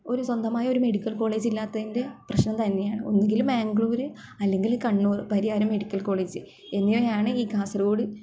ഒരു സ്വന്തമായൊരു medical college ഇല്ലാത്തതിൻ്റെ പ്രശ്നം തന്നെയാണ് ഒന്നുകിൽ മാംഗ്ളൂര് അല്ലെങ്കിൽ കണ്ണൂർ പരിയാരം മെഡിക്കൽ കോളേജ് എന്നിവയാണ് ഈ കാസർഗോട്